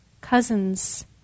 cousins